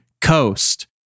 coast